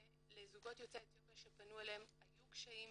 שלזוגות יוצאי אתיופיה שפנו אליהם היו קשיים